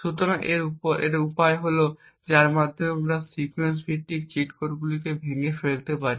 সুতরাং একটি উপায় যার মাধ্যমে আমরা এই সিকোয়েন্স ভিত্তিক চিট কোডগুলিকে ভেঙে ফেলতে পারি